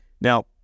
Now